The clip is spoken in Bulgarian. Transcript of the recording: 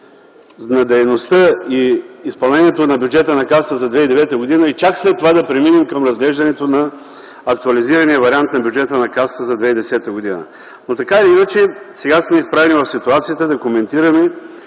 на дейността и изпълнението на бюджета на Касата за 2009 г. и чак след това да преминем към разглеждането на актуализирания вариант на бюджета на Касата за 2010 г. Но, така или иначе, сега сме изправени в ситуацията да коментираме